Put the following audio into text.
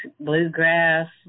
bluegrass